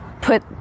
put